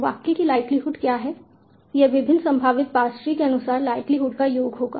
वाक्य की लाइक्लीहुड क्या है यह विभिन्न संभावित पार्स ट्री के अनुसार लाइक्लीहुड का योग होगा